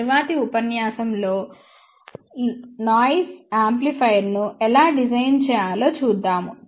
తరువాతి ఉపన్యాసంలో లో నాయిస్ యాంప్లిఫైయర్ను ఎలా డిజైన్ చేయాలో చూద్దాము